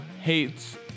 hates